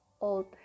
old